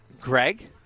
Greg